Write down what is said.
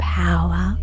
power